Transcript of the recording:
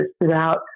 throughout